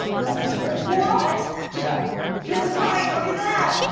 not just gray. what? yeah you're right! look at that!